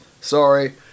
sorry